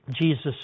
Jesus